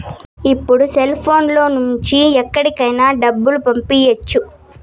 ఇప్పుడు సెల్ఫోన్ లో నుంచి ఎక్కడికైనా డబ్బులు పంపియ్యచ్చు